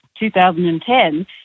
2010